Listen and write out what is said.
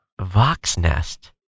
Voxnest